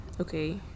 Okay